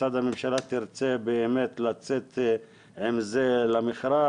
כיצד הממשלה תרצה לצאת עם זה למכרז?